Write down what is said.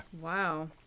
Wow